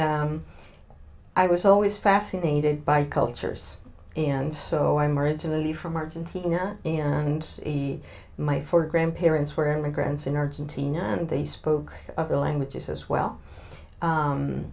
i was always fascinated by cultures and so i'm originally from argentina and my four grandparents were immigrants in argentina and they spoke other languages as well